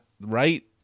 right